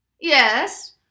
Yes